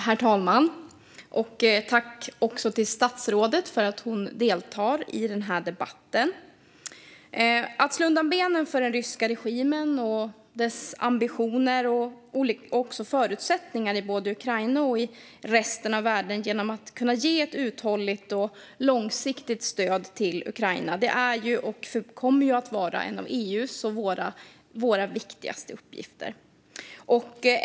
Herr talman! Tack till statsrådet för att hon deltar i den här debatten! Att slå undan benen för den ryska regimen och dess ambitioner och förutsättningar i både Ukraina och i resten av världen genom ett uthålligt och långsiktigt stöd till Ukraina är och kommer att förbli en av EU:s och våra viktigaste uppgifter.